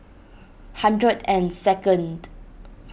hundred and second